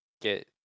get